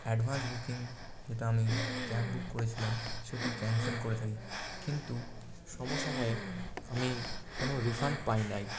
advance booking যেটা আমি cab book করেছিলাম সেটি ক্যানসেল করে থাকি কিন্তু সম সময়ে আমি কোনো রিফান্ড পাই নি